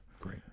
Great